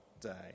day